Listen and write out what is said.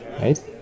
right